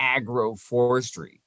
agroforestry